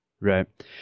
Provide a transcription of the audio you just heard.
Right